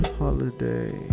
holiday